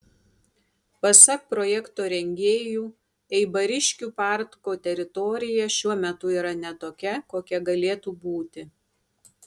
pasak projekto rengėjų eibariškių parko teritorija šiuo metu yra ne tokia kokia galėtų būti